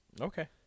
Okay